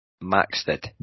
Maxted